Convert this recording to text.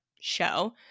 show